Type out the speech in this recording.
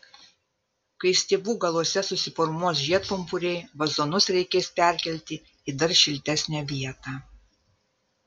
kai stiebų galuose susiformuos žiedpumpuriai vazonus reikės perkelti į dar šiltesnę vietą